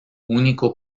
único